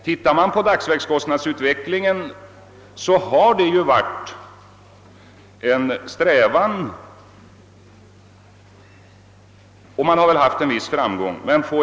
Detta är något som man redan eftersträvat och som man väl haft en viss framgång med.